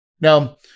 now